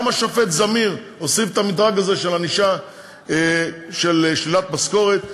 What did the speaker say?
גם השופט זמיר הוסיף את המדרג הזה של ענישה של שלילת משכורת.